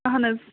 اَہَن حظ